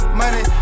money